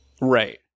right